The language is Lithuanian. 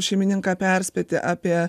šeimininką perspėti apie